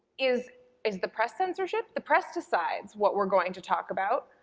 is is the press censorship? the press decides what we're going to talk about,